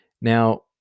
Now